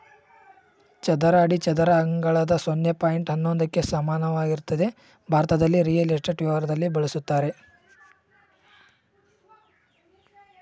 ಚದರ ಅಡಿ ಚದರ ಅಂಗಳದ ಸೊನ್ನೆ ಪಾಯಿಂಟ್ ಹನ್ನೊಂದಕ್ಕೆ ಸಮಾನವಾಗಿರ್ತದೆ ಭಾರತದಲ್ಲಿ ರಿಯಲ್ ಎಸ್ಟೇಟ್ ವ್ಯವಹಾರದಲ್ಲಿ ಬಳುಸ್ತರೆ